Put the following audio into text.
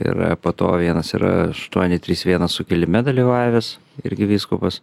ir po to vienas yra aštuoni trys vienas sukilime dalyvavęs irgi vyskupas